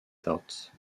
thought